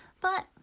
But